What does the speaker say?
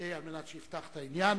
כדי שיפתח את העניין.